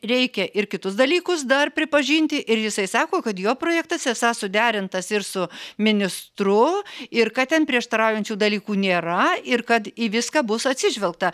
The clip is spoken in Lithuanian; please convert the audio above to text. reikia ir kitus dalykus dar pripažinti ir jisai sako kad jo projektas esą suderintas ir su ministru ir kad ten prieštaraujančių dalykų nėra ir kad į viską bus atsižvelgta